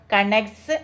Connects